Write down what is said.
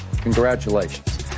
congratulations